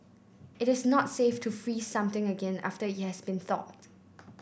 it is not safe to freeze something again after it has been thawed